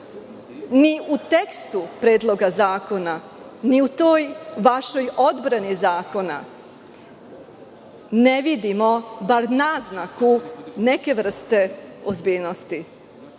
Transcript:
ni u tekstu Predloga zakona, ni u toj vašoj odbrani zakona ne vidimo bar naznaku neke vrste ozbiljnosti.